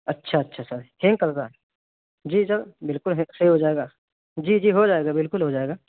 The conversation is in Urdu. اچھا اچھا سر ہینگ کر رہا جی سر بالکل ہیک صحیح ہو جائے گا جی جی ہو جائے گا بالکل ہو جائے گا